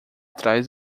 trás